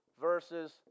versus